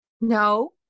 No